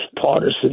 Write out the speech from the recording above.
partisan